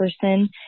person